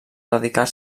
dedicar